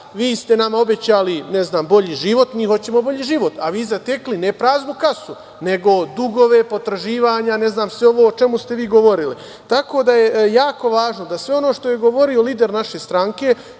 vi ste nam obećali bolji život, mi hoćemo bolji život, a vi zatekli ne praznu kasu, nego dugove, potraživanja, ne znam sve ovo o čemu ste vi govorili. Tako da je jako važno da sve ono što je govorio lider naše stranke,